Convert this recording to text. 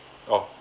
oh